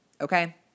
Okay